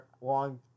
long